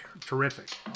terrific